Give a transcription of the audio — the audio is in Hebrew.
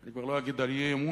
אני כבר לא אגיד על האי-אמון,